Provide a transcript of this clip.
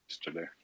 today